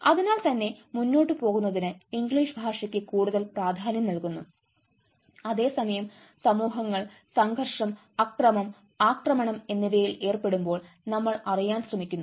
അതിനാൽ തന്നെ മുന്നോട്ട് പോകുന്നതിന് ഇംഗ്ലീഷ് ഭാഷയ്ക്ക് കൂടുതൽ പ്രധാന്യം നൽകുന്നു അതേസമയം സമൂഹങ്ങൾ സംഘർഷം അക്രമം ആക്രമണം എന്നിവയിൽ ഏർപ്പെടുമ്പോൾ നമ്മൾ അറിയാൻ ശ്രമിക്കുന്നു